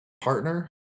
partner